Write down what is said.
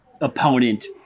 opponent